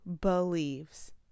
believes